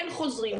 כן חוזרים,